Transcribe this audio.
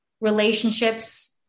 Relationships